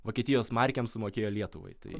vokietijos markėms sumokėjo lietuvai tai